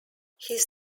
his